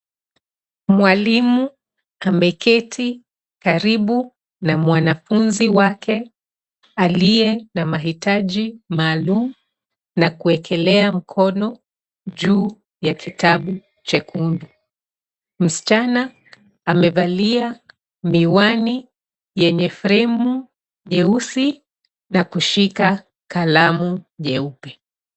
Mwalimu ameketi karibu na mwanafunzi wake qliye na mahitaji maalum na kuekelea mkono juu ya kitabu chekundu. Msichana amevalia miwani yenye fremu nyeusi na kushika kalamu nyeupe.